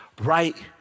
right